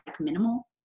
minimal